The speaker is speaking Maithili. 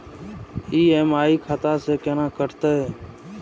ई.एम.आई खाता से केना कटते?